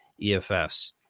efs